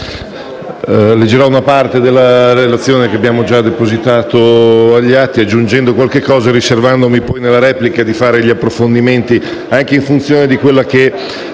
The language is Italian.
leggerò una parte della relazione che abbiamo già depositato agli atti, aggiungendo qualche elemento e riservandomi poi in sede di replica di fare alcuni approfondimenti anche in funzione di quella che